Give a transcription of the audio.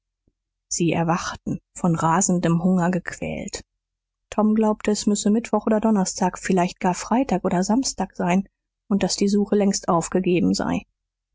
sie erwachten von rasendem hunger gequält tom glaubte es müsse mittwoch oder donnerstag vielleicht gar freitag oder samstag sein und daß die suche längst aufgegeben sei